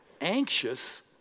anxious